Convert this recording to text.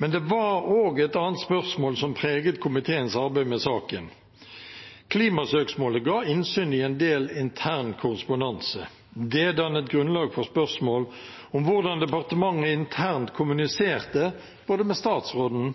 men det var også et annet spørsmål som preget komiteens arbeid med saken. Klimasøksmålet ga innsyn i en del intern korrespondanse. Det dannet grunnlag for spørsmål om hvordan departementet internt kommuniserte både med statsråden